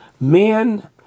man